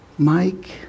Mike